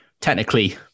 technically